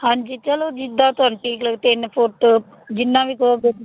ਹਾਂਜੀ ਚਲੋ ਜਿੱਦਾਂ ਤੁਹਾਨੂੰ ਠੀਕ ਲੱਗਦੇ ਤਿੰਨ ਫੁੱਟ ਜਿੰਨਾ ਵੀ ਕਹੋਗੇ ਤੁਸੀਂ